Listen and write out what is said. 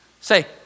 Say